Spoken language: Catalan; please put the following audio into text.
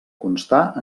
constar